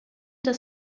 das